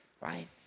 right